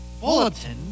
bulletin